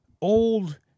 old